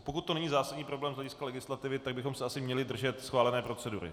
Pokud to není zásadní problém z hlediska legislativy, tak bychom se asi měli držet schválené procedury.